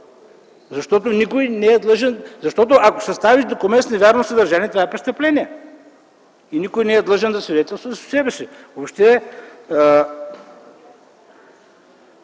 Ако състави документ с невярно съдържание, това е престъпление и никой не е длъжен да свидетелства срещу себе си. Въобще,